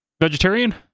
vegetarian